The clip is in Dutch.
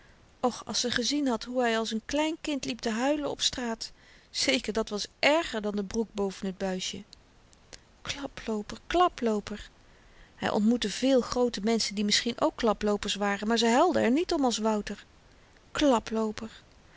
och als ze gezien had hoe hy als n klein kind liep te huilen op straat zeker dat was èrger dan de broek boven t buisje klaplooper klaplooper hy ontmoette veel groote menschen die misschien ook klaploopers waren maar ze huilden er niet om als wouter